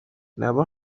never